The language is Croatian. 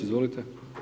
Izvolite.